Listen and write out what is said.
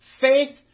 faith